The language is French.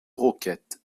roquette